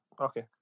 Okay